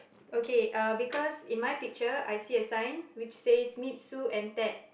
okay because in my picture it shows a sign it says meet Sue and Pat